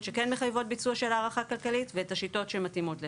שכן מחייבות ביצוע של הערכה כלכלית ואת השיטות שמתאימות לכך.